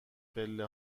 پله